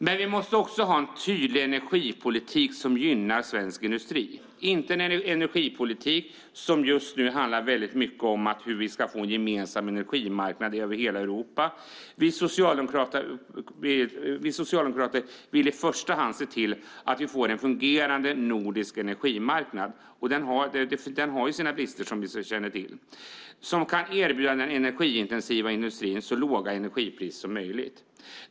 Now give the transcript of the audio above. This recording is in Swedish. Men vi måste också ha en tydlig energipolitik som gynnar svensk industri, inte en energipolitik som just nu handlar väldigt mycket om hur vi ska få en gemensam energimarknad över hela Europa. Vi socialdemokrater vill i första hand se till att vi får en fungerande nordisk energimarknad - den har ju sina brister, som vi känner till - som kan erbjuda den energiintensiva industrin så låga energipriser som möjligt.